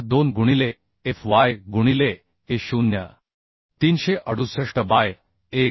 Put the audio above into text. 242 गुणिले F y गुणिले a 0 हे 368 बाय 1